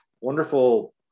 wonderful